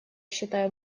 считаю